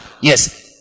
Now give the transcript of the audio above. Yes